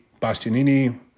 Bastianini